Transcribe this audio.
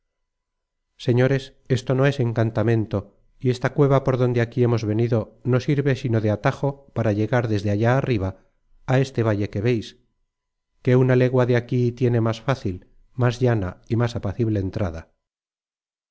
señores esto no es encantamento y esta cueva por donde aquí hemos venido no sirve sino de atajo para llegar desde allá arriba a este valle que veis que una legua de aquí tiene más fácil más llana y más apacible entrada